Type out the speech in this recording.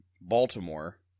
Baltimore